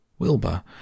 Wilbur